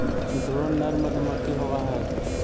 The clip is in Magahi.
ड्रोन नर मधुमक्खी होवअ हई